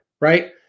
right